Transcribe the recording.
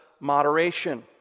moderation